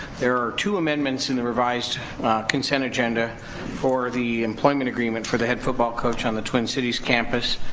there are two amendments in the revised consent agenda for the employment agreement for the head football coach on the twin cities campus.